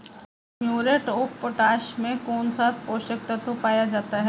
Muriate of potash में कौन सा पोषक तत्व पाया जाता है?